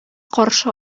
каршы